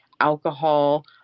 alcohol